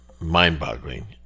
mind-boggling